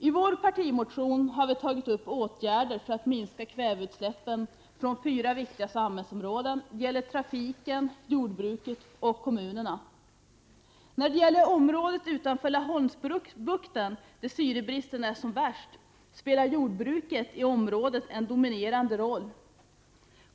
I vår partimotion har vi föreslagit åtgärder för att minska kväveutsläppen på några viktiga samhällsområden: trafiken, jordbruket och kommunerna. När det gäller området utanför Laholmsbukten, där syrebristen är som värst, spelar jordbruket i området en dominerande roll.